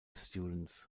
students